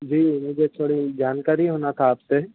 جی مجھے تھوڑی جانکاری ہونا تھا آپ سے